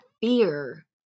fear